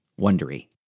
Wondery